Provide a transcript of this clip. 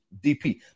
DP